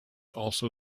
also